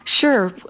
Sure